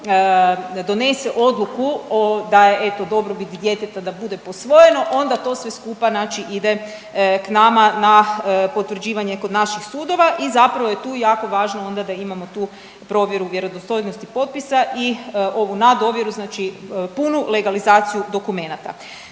donese odluku o, da je eto dobrobiti djeteta da bude posvojeno, onda to sve skupa znači ide k nama na potvrđivanje kod naših sudova i zapravo je tu jako važno onda da imamo tu provjeru vjerodostojnosti potpisa i ovu nad ovjeru, znači punu legalizaciju dokumenata.